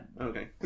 okay